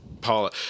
Paula